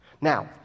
Now